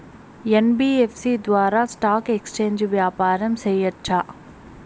NBFC ద్వారా stock exchange వ్యాపారం సేయొచ్చా?